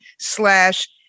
slash